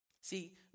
See